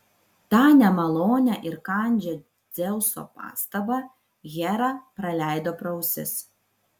tą nemalonią ir kandžią dzeuso pastabą hera praleido pro ausis